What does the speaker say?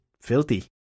Filthy